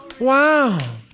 Wow